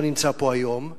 שלא נמצא פה היום.